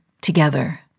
together